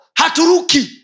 haturuki